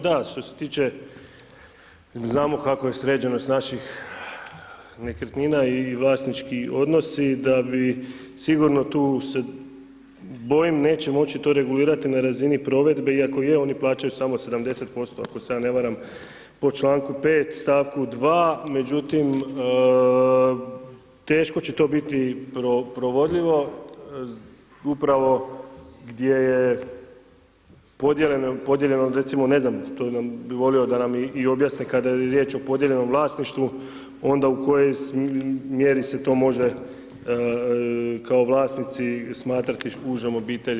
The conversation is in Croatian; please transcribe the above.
Da, što se tiče, znamo kako je sređenost naših nekretnina i vlasnički odnosi, da bi sigurno tu se bojim, neće moći to regulirati na razini provedbe iako je, oni plaćaju samo 70%, ako se ja ne varam po čl. 5. st. 2., međutim, teško će to biti provodljivo, upravo gdje je podijeljeno, recimo, ne znam, to bi volio nam i objasne kada je riječ o podijeljenom vlasništvu, onda u kojoj mjeri se to može kao vlasnici smatrati užom obitelji.